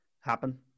happen